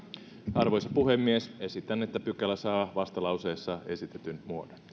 arvoisa puhemies esitän että pykälä saa vastalauseessa esitetyn